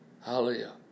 Hallelujah